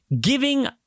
giving